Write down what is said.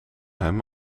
hem